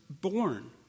born